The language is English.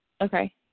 Okay